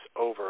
over